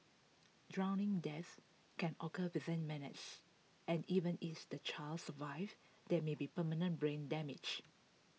drowning deaths can occur within minutes and even is the child survives there may be permanent brain damage